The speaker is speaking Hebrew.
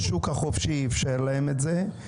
השוק החופשי אפשר להם את זה.